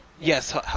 Yes